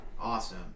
Awesome